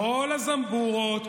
כל הזמבורות,